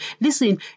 listen